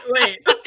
wait